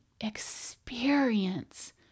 experience